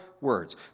words